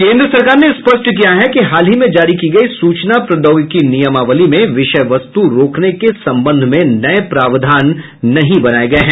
केन्द्र सरकार ने स्पष्ट किया है कि हाल ही में जारी की गई सूचना प्रौद्योगिकी नियमावली में विषय वस्तु रोकने के संबंध में नये प्रावधान नहीं बनाये गये हैं